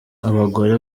abagore